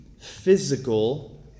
physical